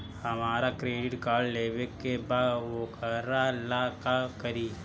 हमरा credit card लेवे के बा वोकरा ला का करी?